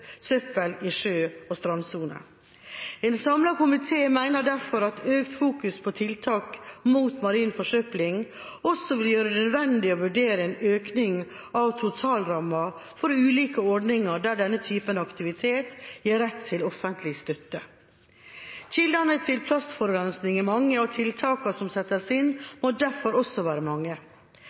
søppel i sjø og strandsone. En samlet komité mener derfor at i økt grad å fokusere på tiltak mot marin forsøpling også vil gjøre det nødvendig å vurdere en økning av totalrammen for ulike ordninger der denne typen aktivitet gir rett til offentlig støtte. Kildene til plastforurensning er mange, og tiltakene som settes inn, må derfor også være mange.